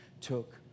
took